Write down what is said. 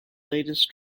lastest